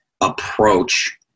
approach